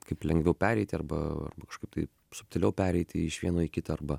kaip lengviau pereiti arba kažkaip tai subtiliau pereiti iš vieno į kitą arba